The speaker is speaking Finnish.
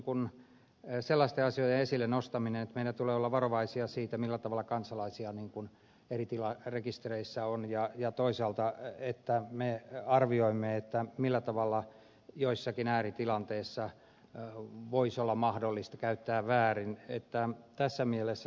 södermanin näkemys sellaisten asioiden esille nostamisesta että meidän tulee olla varovaisia siinä millä tavalla kansalaisia eri rekistereissä on ja toisaalta että me arvioimme millä tavalla joissakin ääritilanteissa voisi olla mahdollista käyttää väärin tässä mielessä ed